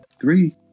three